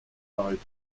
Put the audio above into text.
paraît